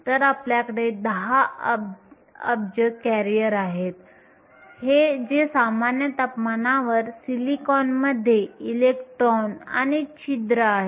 तर आपल्याकडे 10 अब्ज करिअर आहेत जे सामान्य तापमानावर सिलिकॉनमध्ये इलेक्ट्रॉन आणि छिद्र आहेत